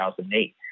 2008